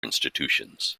institutions